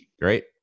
Great